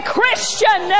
Christian